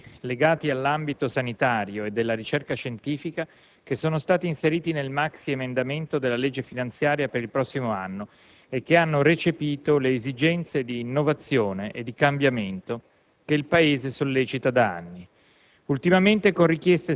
ci sono alcuni argomenti, legati all'ambito sanitario e della ricerca scientifica, che sono stati inseriti nel maxiemendamento della legge finanziaria per il prossimo anno e che hanno recepito le esigenze di innovazione e di cambiamento che il Paese sollecita da anni: